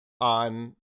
on